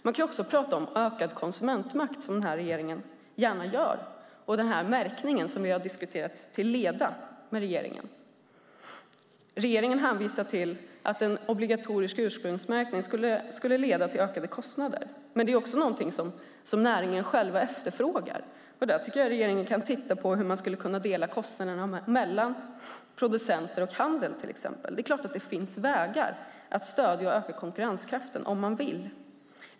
Man kan också tala om ökad konsumentmakt, som den här regeringen gärna pratar om, liksom om den märkning som vi till leda har diskuterat med regeringen. Regeringen hänvisar till att en obligatorisk ursprungsmärkning skulle leda till ökade kostnader, men det är samtidigt något som näringen själv efterfrågar. Jag tycker att regeringen skulle kunna titta på hur man skulle kunna dela kostnaderna mellan till exempel producenter och handel. Det är klart att det finns vägar att stödja och öka konkurrenskraften om man vill.